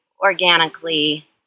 organically –